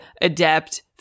adept